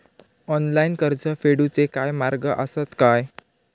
Online कर्ज फेडूचे काय मार्ग आसत काय?